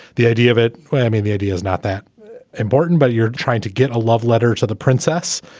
the idea of it. i mean, the idea is not that important. but you're trying to get a love letter to the princess.